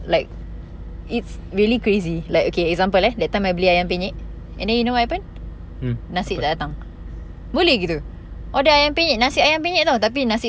mm